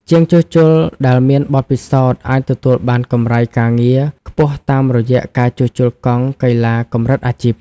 ជាងជួសជុលដែលមានបទពិសោធន៍អាចទទួលបានកម្រៃការងារខ្ពស់តាមរយៈការជួសជុលកង់កីឡាកម្រិតអាជីព។